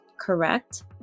correct